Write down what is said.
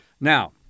Now